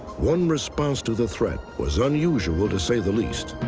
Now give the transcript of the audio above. one response to the threat was unusual, to say the least.